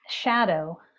shadow